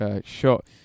shot